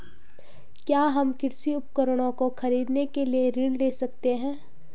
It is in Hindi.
क्या हम कृषि उपकरणों को खरीदने के लिए ऋण ले सकते हैं?